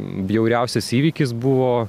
bjauriausias įvykis buvo